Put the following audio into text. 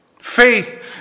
Faith